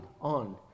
on